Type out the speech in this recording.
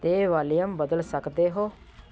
ਅਤੇ ਵਾਲੀਅਮ ਬਦਲ ਸਕਦੇ ਹੋ